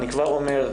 אני כבר אומר,